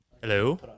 Hello